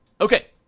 Okay